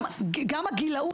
גם הגילאות,